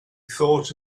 thought